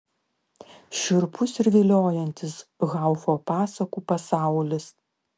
šiurpus ir viliojantis haufo pasakų pasaulis